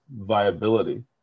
viability